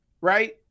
right